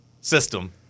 system